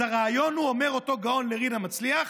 אז הרעיון הוא, אומר אותו גאון לרינה מצליח,